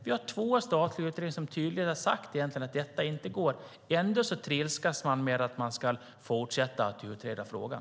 Vi har två statliga utredningar som tydligt har sagt att detta inte går. Ändå trilskas man med att man ska fortsätta att utreda frågan.